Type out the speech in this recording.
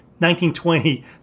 1920